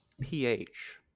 PH